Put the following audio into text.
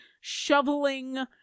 shoveling